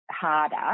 harder